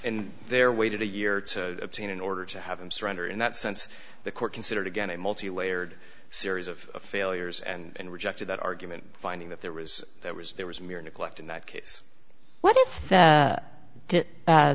in their waited a year to obtain an order to have him surrender in that sense the court considered again a multi layered series of failures and rejected that argument finding that there was there was there was mere neglect in that case what